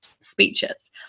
speeches